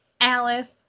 Alice